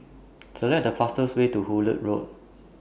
Select The fastest Way to Hullet Road